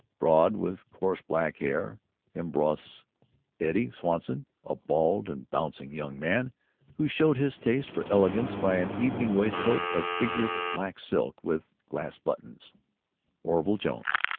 broad, with coarse black hair en brosse eddie swanson, a bald and bouncing young man who showed his taste for elegance by an evening waistcoat of figured black silk with glass buttons orville jones,